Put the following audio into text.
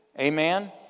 Amen